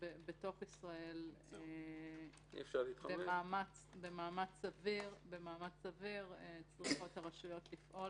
שבתוך ישראל במאמץ סביר הרשויות צריכות לפעול